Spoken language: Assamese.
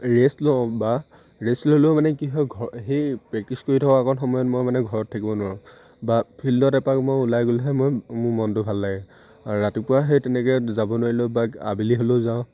ৰেষ্ট লওঁ বা ৰেষ্ট ল'লেও মানে কি হয় ঘৰ সেই প্ৰেক্টিছ কৰি থকা অকণ সময়ত মই মানে ঘৰত থাকিব নোৱাৰোঁ বা ফিল্ডত এপাক মই ওলাই গ'লেহে মই মোৰ মনটো ভাল লাগে আৰু ৰাতিপুৱা সেই তেনেকৈ যাব নোৱাৰিলেও বা আবেলি হ'লেও যাওঁ